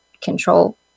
control